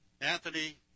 Anthony